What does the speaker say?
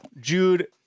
Jude